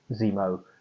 zemo